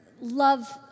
love